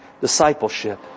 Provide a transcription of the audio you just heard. Discipleship